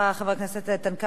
חבר הכנסת איתן כבל,